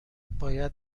باید